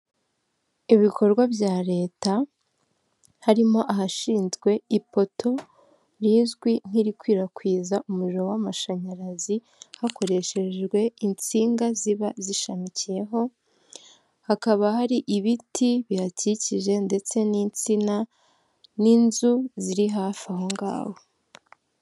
Ibikorwa bya Leta, harimo ahashinzwe ipoto rizwi nk'irikwirakwiza umuriro w'amashanyarazi hakoreshejwe insinga ziba zishamikiyeho, hakaba hari ibiti bihakikije ndetse n'insina, n'inzu ziri hafi aho ngaho.